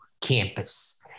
campus